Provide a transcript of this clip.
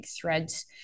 threads